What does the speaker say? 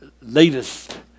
latest